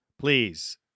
Please